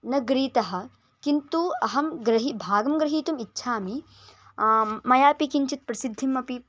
न ग्रहीतः किन्तु अहं गृहि भागं ग्रहीतुम् इच्छामि आम् मयापि किञ्चित् प्रसिद्धिम् अपि